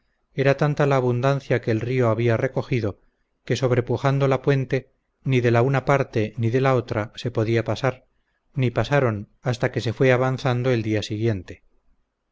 era tanta la abundancia que el río había recogido que sobrepujando la puente ni de la una parte ni de la otra se podía pasar ni pasaron hasta que se fue avadando el día siguiente